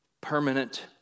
permanent